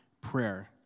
prayer